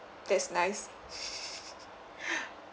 that's nice